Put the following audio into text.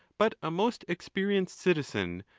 but a most experienced citizen,